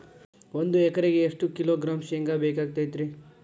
ಒಂದು ಎಕರೆಗೆ ಎಷ್ಟು ಕಿಲೋಗ್ರಾಂ ಶೇಂಗಾ ಬೇಕಾಗತೈತ್ರಿ?